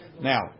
now